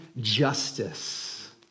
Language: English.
justice